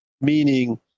Meaning